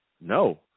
No